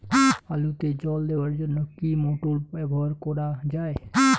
আলুতে জল দেওয়ার জন্য কি মোটর ব্যবহার করা যায়?